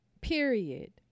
Period